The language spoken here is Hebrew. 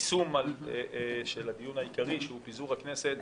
היישום של הדיון העיקרי, שהוא פיזור הכנסת,